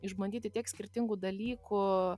išbandyti tiek skirtingų dalykų